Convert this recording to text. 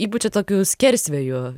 įpučia tokių skersvėjų